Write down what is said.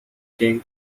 king